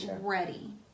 ready